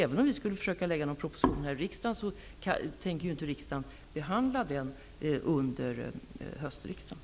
Även om vi skulle försöka lägga fram en proposition, tänker ju inte riksdagen behandla den under hösten.